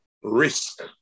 risk